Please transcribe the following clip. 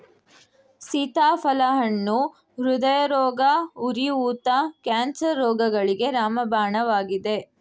ಸೀತಾಫಲ ಹಣ್ಣು ಹೃದಯರೋಗ, ಉರಿ ಊತ, ಕ್ಯಾನ್ಸರ್ ರೋಗಗಳಿಗೆ ರಾಮಬಾಣವಾಗಿದೆ